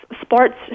sports